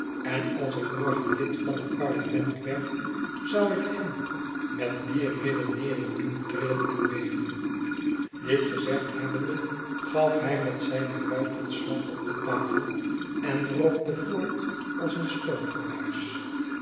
en als ik morgen lid van het parlement werd zou ik hen met die redeneering doen rillen en beven dit gezegd hebbende gaf hij met zijne vuist een slag op de tafel en rookte voort als een